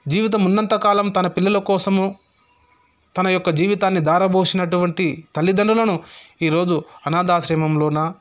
జీవితం ఉన్నంతకాలం తన పిల్లల కోసమూ తన యొక్క జీవితాన్ని ధారబోసినటువంటి తల్లిదండ్రులను ఈ రోజు అనాధాశ్రమంలో నా